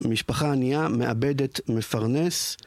משפחה ענייה מאבדת מפרנס